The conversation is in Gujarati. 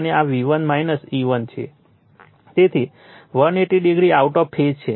તેથી આ V1 છે અને આ V1 E1 છે તેથી 180o આઉટ ઓફ ફેઝ છે